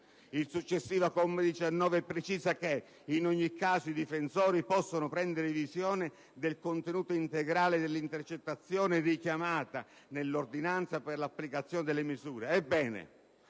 Il successivo comma 19 precisa che «In ogni caso i difensori possono prendere visione del contenuto integrale dell'intercettazione, richiamata nell'ordinanza per l'applicazione delle misure».